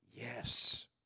Yes